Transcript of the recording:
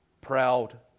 proud